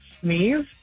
sneeze